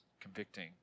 convicting